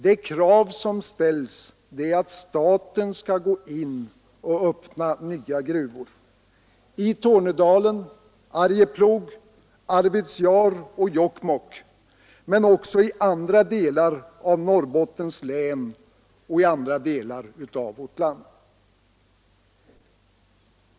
Det krav som ställs är att staten skall gå in och öppna nya gruvor — i Tornedalen, Arjeplog, Arvidsjaur och Jokkmokk, men också i andra delar av Norrbottens län och i andra delar av vårt land.